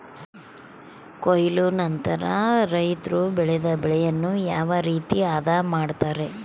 ಕೊಯ್ಲು ನಂತರ ರೈತರು ಬೆಳೆದ ಬೆಳೆಯನ್ನು ಯಾವ ರೇತಿ ಆದ ಮಾಡ್ತಾರೆ?